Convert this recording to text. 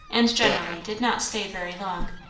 and generally did not stay very long.